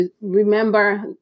remember